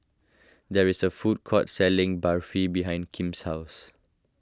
there is a food court selling Barfi behind Kim's house